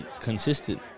consistent